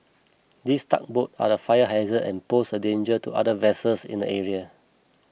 these tugboats are the fire hazard and pose a danger to other vessels in the area